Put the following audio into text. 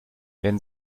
wenn